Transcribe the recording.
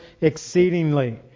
exceedingly